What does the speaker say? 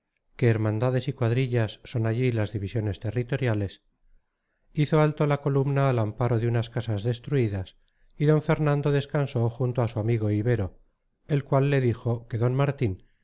de pipaón pueblo perteneciente a la hermandad de peñacerrada que hermandades y cuadrillas son allí las divisiones territoriales hizo alto la columna al amparo de unas casas destruidas y d fernando descansó junto a su amigo ibero el cual le dijo que d martín